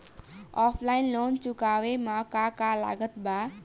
Offline loan चुकावे म का का लागत बा?